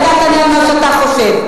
ואתה תענה על מה שאתה חושב.